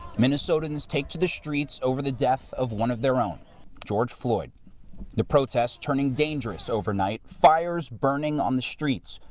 minnesotans take to the streets over the death of one of their own george floyd the protests turning dangerous overnight. fires burning on the streets.